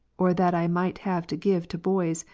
or that i might have to give to boys,